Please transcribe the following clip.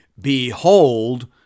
behold